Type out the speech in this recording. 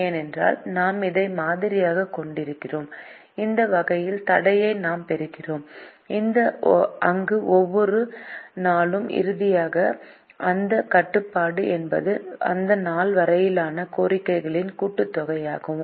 ஏனென்றால்நாம் இதை மாதிரியாகக் கொண்டிருக்கிறோம் இந்த வகைக்கான தடையை நாம் பெறுகிறோம் அங்கு ஒவ்வொரு நாளும் இறுதியாக அந்தக் கட்டுப்பாடு என்பது அந்த நாள் வரையிலான கோரிக்கைகளின் கூட்டுத்தொகையாகும்